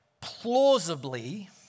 plausibly